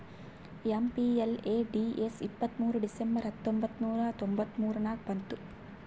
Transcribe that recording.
MPLADS ಇಪ್ಪತ್ತ್ಮೂರ್ December ಹತ್ತೊಂಬತ್ ನೂರಾ ತೊಂಬತ್ತ ಮೂರ ನಾಗ ಬಂತು